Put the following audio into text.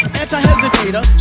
anti-hesitator